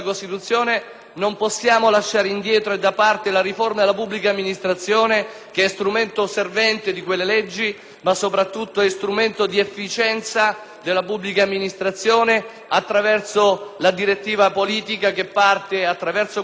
non possiamo lasciare indietro e da parte la riforma della pubblica amministrazione, che è strumento servente di tali leggi, ma soprattutto è strumento di efficienza della pubblica amministrazione attraverso la direttiva politica che parte dalle suddette leggi